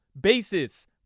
basis